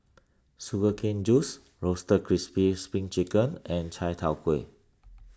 Sugar Cane Juice Roasted Crispy Spring Chicken and Chai Tow Kway